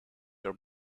your